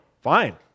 fine